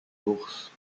bourse